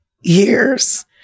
years